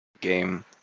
game